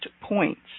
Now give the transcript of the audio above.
points